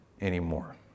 anymore